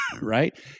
right